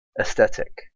aesthetic